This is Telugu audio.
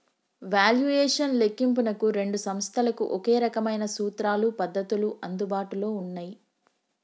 వాల్యుయేషన్ లెక్కింపునకు రెండు సంస్థలకు ఒకే రకమైన సూత్రాలు, పద్ధతులు అందుబాటులో ఉన్నయ్యి